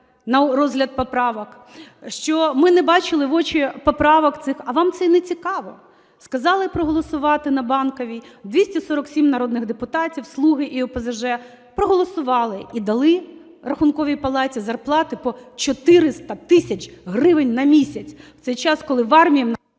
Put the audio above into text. на розгляд поправок, що ми не бачили в очі поправок цих, а вам це нецікаво. Сказали проголосувати на Банковій, 247 народних депутатів, "слуги" і ОПЗЖ проголосували і дали Рахунковій палаті зарплати по 400 тисяч гривень на місяць в цей час, коли в армії...